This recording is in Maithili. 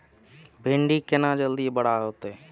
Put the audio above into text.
भिंडी केना जल्दी बड़ा होते?